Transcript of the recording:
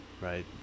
right